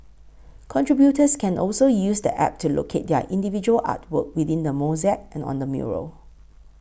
contributors can also use the App to locate their individual artwork within the mosaic and on the mural